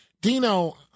Dino